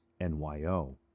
NYO